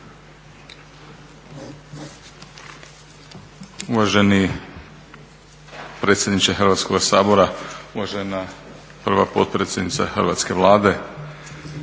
Uvaženi predsjedniče Hrvatskoga sabora, uvažena prva potpredsjednice Hrvatske vlade